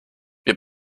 wir